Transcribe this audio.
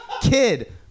kid